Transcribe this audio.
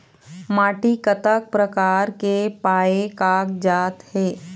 माटी कतक प्रकार के पाये कागजात हे?